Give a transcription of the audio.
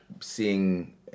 seeing